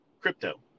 crypto